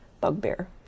bugbear